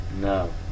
No